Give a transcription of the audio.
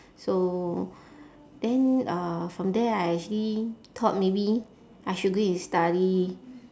so then uh from there I actually thought maybe I should go and study